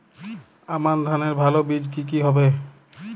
আমান ধানের ভালো বীজ কি কি হবে?